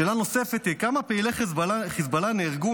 שאלה נוספת היא כמה פעילי חיזבאללה נהרגו,